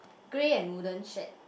grey and wooden shed